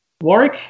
Warwick